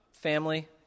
family